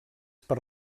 per